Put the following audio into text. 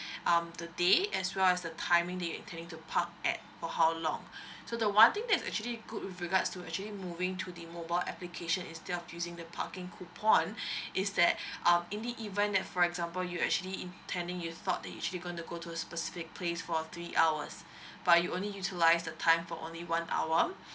um the day as well as the timing that you intending to park at for how long so the one thing that's actually good with regards to actually moving to the mobile application instead of using the parking coupon is that um in the event that for example you actually intending you thought that you actually going to go to specific place for three hours but you only utilise the time for only one hour